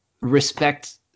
respect